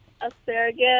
asparagus